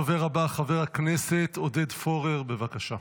הדובר הבא, חבר הכנסת עודד פורר, בבקשה.